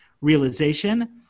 realization